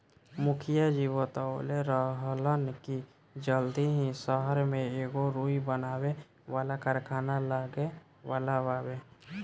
मुखिया जी बतवले रहलन की जल्दी ही सहर में एगो रुई बनावे वाला कारखाना लागे वाला बावे